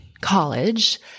college